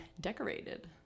decorated